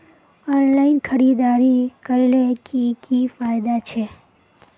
Online खरीदारी करले की की फायदा छे?